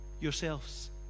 yourselves